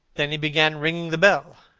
then he began ringing the bell.